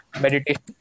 meditation